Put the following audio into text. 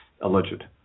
alleged